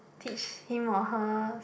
teach him or her